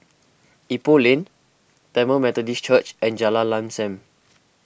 Ipoh Lane Tamil Methodist Church and Jalan Lam Sam